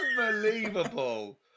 Unbelievable